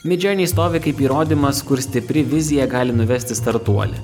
midjourney stovi kaip įrodymas kur stipri vizija gali nuvesti startuolį